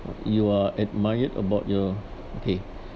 you are admired about your okay